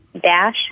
dash